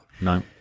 No